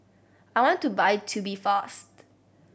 I want to buy Tubifast